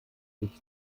sich